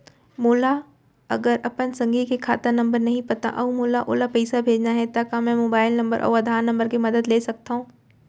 मोला अगर अपन संगी के खाता नंबर नहीं पता अऊ मोला ओला पइसा भेजना हे ता का मोबाईल नंबर अऊ आधार नंबर के मदद ले सकथव?